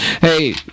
Hey